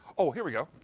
oh, here we go.